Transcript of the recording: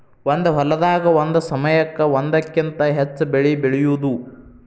ಒಂದ ಹೊಲದಾಗ ಒಂದ ಸಮಯಕ್ಕ ಒಂದಕ್ಕಿಂತ ಹೆಚ್ಚ ಬೆಳಿ ಬೆಳಿಯುದು